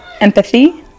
empathy